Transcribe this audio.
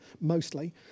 mostly